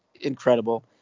incredible